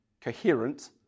coherent